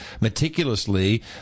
meticulously